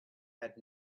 had